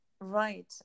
Right